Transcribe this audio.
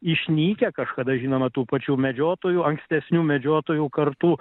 išnykę kažkada žinoma tų pačių medžiotojų ankstesnių medžiotojų kartų